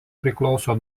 priklauso